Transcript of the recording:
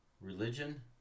religion